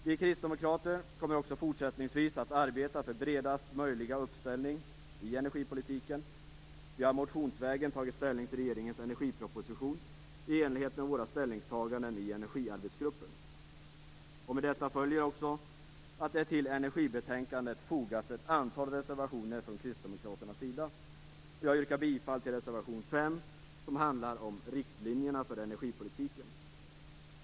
Vi kristdemokrater kommer också fortsättningsvis att arbeta för bredast möjliga uppställning i energipolitiken. Vi har motionsvägen tagit ställning till regeringens energiproposition i enlighet med våra ställningstaganden i energiarbetsgruppen. Med detta följer också att det till energibetänkandet fogats ett antal reservationer från Kristdemokraternas sida. Jag yrkar bifall till reservation 5 som handlar om riktlinjerna för energipolitiken.